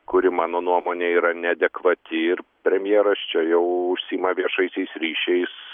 kuri mano nuomone yra neadekvati ir premjeras čia jau užsiima viešaisiais ryšiais